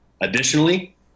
Additionally